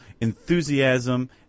enthusiasm